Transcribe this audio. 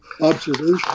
Observation